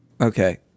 Okay